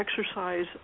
exercise